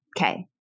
Okay